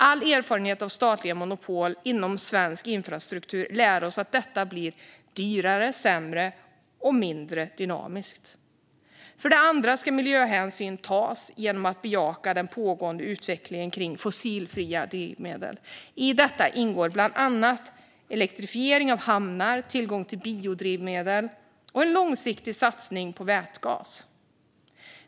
All erfarenhet av statliga monopol inom svensk infrastruktur lär oss att detta blir dyrare, sämre och mindre dynamiskt. För det andra ska miljöhänsyn tas genom att man bejakar den pågående utvecklingen kring fossilfria drivmedel. I detta ingår bland annat elektrifiering av hamnar, tillgång till biodrivmedel och en långsiktig satsning på vätgas.